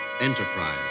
Enterprise